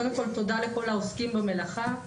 קודם כל תודה לכל העוסקים במלאכה.